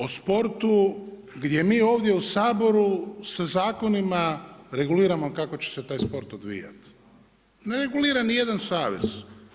O sportu gdje mi ovdje u Saboru sa zakonima reguliramo kako će se taj sport odvijat, ne regulira nijedan savez.